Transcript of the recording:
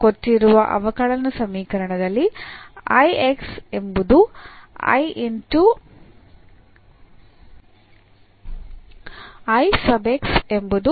ಕೊಟ್ಟಿರುವ ಅವಕಲನ ಸಮೀಕರಣದಲ್ಲಿ ಎಂಬುದು